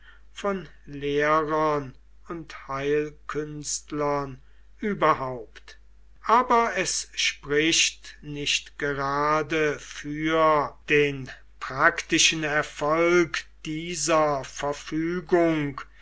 von lehrern und heilkünstlern überhaupt aber es spricht nicht gerade für den praktischen erfolg dieser verfügung